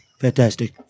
Fantastic